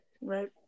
Right